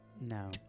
No